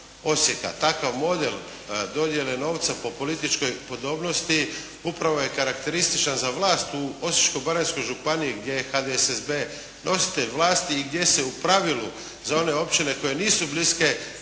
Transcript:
Takav model dodjele novca po političkoj podobnosti upravo je karakterističan za vlast u Osječko-baranjskoj županiji gdje je HDSSB nositelj vlasti i gdje se u pravilu za one općine koje nisu bliske